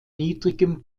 niedrigem